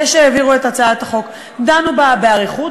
כשהעבירו את הצעת החוק דנו בה באריכות,